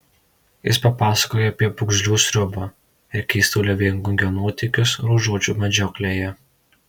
jis papasakojo apie pūgžlių sriubą ir keistuolio viengungio nuotykius ruožuočių medžioklėje